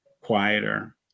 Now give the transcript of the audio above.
quieter